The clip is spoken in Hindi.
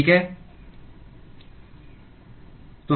ठीक है